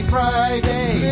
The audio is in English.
Friday